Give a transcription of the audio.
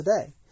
today